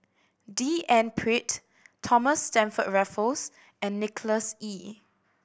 D N Pritt Thomas Stamford Raffles and Nicholas Ee